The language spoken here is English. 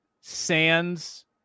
Sands